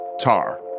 Tar